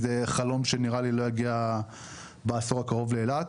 זה חלום שנראה לי לא יגיע בעשור הקרוב לאילת.